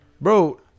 Bro